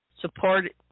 support